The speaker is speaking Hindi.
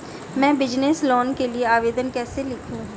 मैं बिज़नेस लोन के लिए आवेदन कैसे लिखूँ?